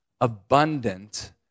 abundant